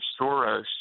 Soros